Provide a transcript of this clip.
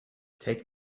take